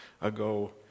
ago